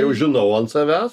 jau žinau ant savęs